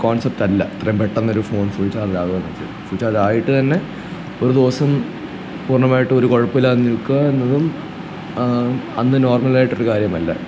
കോൺസപ്റ്റല്ല എത്രയും പെട്ടന്ന് ഒരു ഫോൺ ഫുൾ ചാർജ്ജാവുക എന്ന് വെച്ചാൽ ഫുൾ ചാർജ്ജായിട്ട് തന്നെ ഒരു ദിവസം പൂർണമായിട്ടും ഒരു കുഴപ്പവും ഇല്ലാതെ നിൽക്കുക എന്നതും അന്ന് നോർമലായിട്ടുള്ള ഒരു കാര്യമല്ല